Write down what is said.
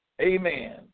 Amen